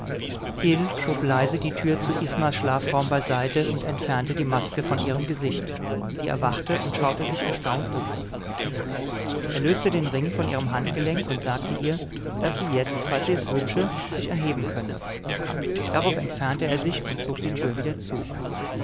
schob leise die tür zu ismas schlafraum beiseite und entfernte die maske von ihrem gesicht sie erwachte und schaute sich erstaunt um er löste den ring von ihrem handgelenk und sagte ihr daß sie jetzt falls sie es wünsche sich erheben könne darauf entfernte er sich und zog die tür wieder zu